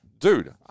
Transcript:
dude